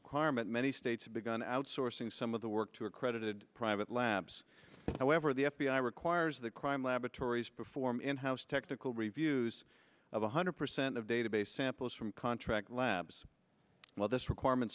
requirement many states have begun outsourcing some of the work to accredited private labs however the f b i requires the crime laboratories perform in house technical reviews of one hundred percent of database samples from contract labs well this requirement